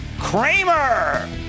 Kramer